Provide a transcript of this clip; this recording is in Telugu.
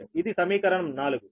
ఇది సమీకరణం 4